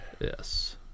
Yes